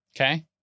Okay